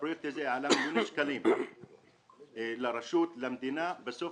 הפרויקט הזה עלה מיליוני שקלים למדינה ובסוף